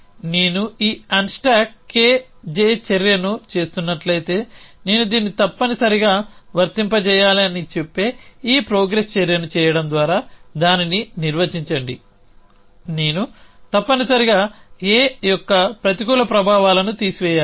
నేను ఈ unstack KJ చర్యను చేస్తున్నట్లయితే నేను దీన్ని తప్పనిసరిగా వర్తింపజేయాలి అని చెప్పే ఈ ప్రోగ్రెస్ చర్యను చేయడం ద్వారా దానిని నిర్వచించండి నేను తప్పనిసరిగా A యొక్క ప్రతికూల ప్రభావాలను తీసివేయాలి